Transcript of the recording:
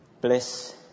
Bless